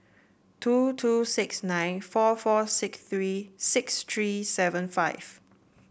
two two six nine four four six three six three seven five